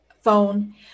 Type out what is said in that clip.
phone